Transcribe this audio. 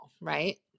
right